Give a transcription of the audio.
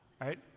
Right